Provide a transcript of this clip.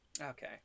okay